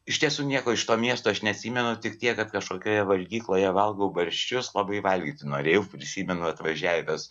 iš tiesų nieko iš to miesto aš neatsimenu tik tiek kad kažkokioje valgykloje valgau barščius labai valgyti norėjau prisimenu atvažiavęs